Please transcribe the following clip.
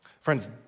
Friends